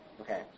Okay